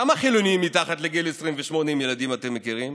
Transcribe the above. כמה חילוניים מתחת לגיל 28 עם ילדים אתם מכירים?